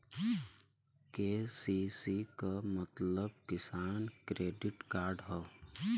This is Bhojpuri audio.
के.सी.सी क मतलब किसान क्रेडिट कार्ड हौ